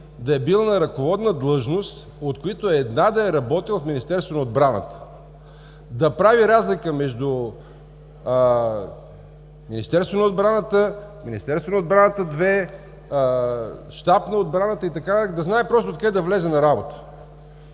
да е бил на ръководна длъжност, от които една да е работил в Министерството на отбраната, да прави разлика между Министерството на отбраната, Министерството на отбраната 2, Щаб на отбраната и така нататък. Да знае просто откъде да влезе на работа,